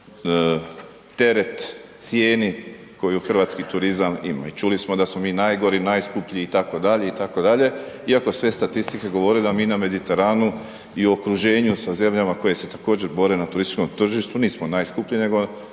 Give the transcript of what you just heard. teret cijeni koju hrvatski turizam ima i čuli smo da smo mi najgori, najskuplji itd. itd. iako sve statistike govore da mi na Mediteranu i okruženju sa zemljama koje se također bore na turističkom tržištu, nismo najskuplje, nego